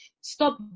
stop